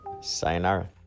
Sayonara